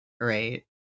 right